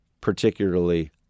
particularly